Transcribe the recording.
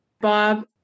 Bob